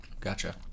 Gotcha